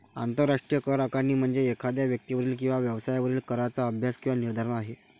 आंतरराष्ट्रीय करआकारणी म्हणजे एखाद्या व्यक्तीवरील किंवा व्यवसायावरील कराचा अभ्यास किंवा निर्धारण आहे